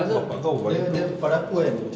pastu dia dia pada aku kan